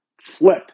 flip